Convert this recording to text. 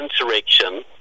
insurrection